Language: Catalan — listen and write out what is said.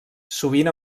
sovint